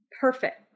Perfect